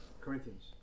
Corinthians